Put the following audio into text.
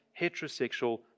heterosexual